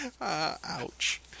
Ouch